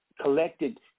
Collected